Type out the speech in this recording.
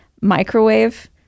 microwave